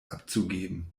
abzugeben